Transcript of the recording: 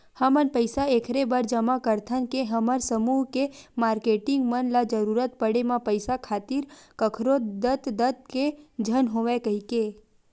हमन पइसा ऐखरे बर जमा करथन के हमर समूह के मारकेटिंग मन ल जरुरत पड़े म पइसा खातिर कखरो दतदत ले झन होवय कहिके